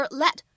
let